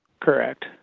Correct